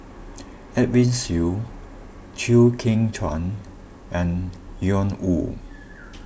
Edwin Siew Chew Kheng Chuan and Ian Woo